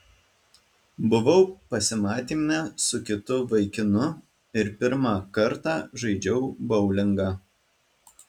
buvau pasimatyme su kitu vaikinu ir pirmą kartą žaidžiau boulingą